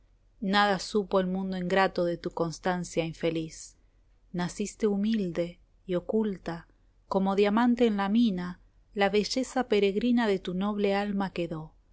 nada supo el mundo ingrato de tu constancia infeliz naciste humilde y oculta como diamante en la mina la belleza peregrina de tu noble alma quedó